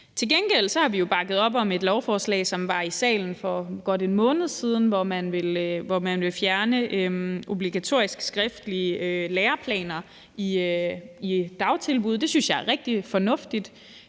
Til gengæld har vi jo bakket op om et lovforslag, som var i salen for godt en måned siden, hvor man vil fjerne obligatoriske skriftlige læreplaner i dagtilbud. Det synes jeg er rigtig fornuftigt.